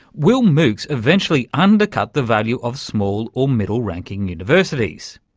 will moocs eventually undercut the value of small or middle ranking universities?